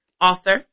author